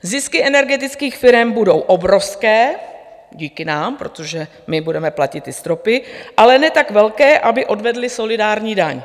Zisky energetických firem budou obrovské díky nám, protože my budeme platit ty stropy, ale ne tak velké, aby odvedly solidární daň.